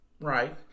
Right